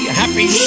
happy